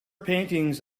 paintings